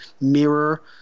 mirror